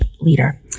leader